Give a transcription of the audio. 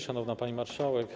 Szanowna Pani Marszałek!